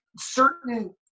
certain